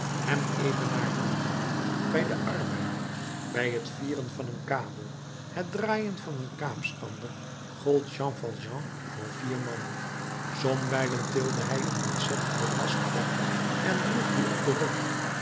hem evenaarde bij den arbeid bij het vieren van een kabel het draaien van een kaapstander gold jean valjean voor vier man somwijlen tilde hij een ontzettenden last op en droeg dien op den rug